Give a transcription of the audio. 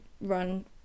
run